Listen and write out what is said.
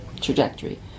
trajectory